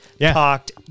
talked